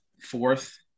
fourth